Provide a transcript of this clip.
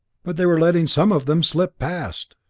but they were letting some of them slip past!